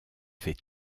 fait